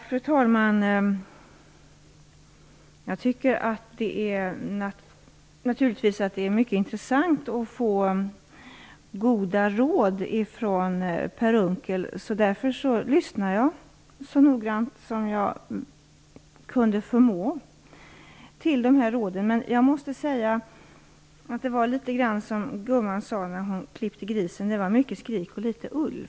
Fru talman! Jag tycker naturligtvis att det är mycket intressant att få goda råd från Per Unckel, och därför lyssnade jag så noggrant som jag förmådde till hans råd. Men jag måste säga att det var litet grand som gumman sade när hon klippte grisen: Det var mycket skrik för litet ull.